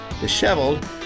disheveled